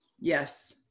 Yes